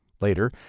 Later